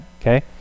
okay